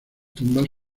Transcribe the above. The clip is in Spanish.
tumbas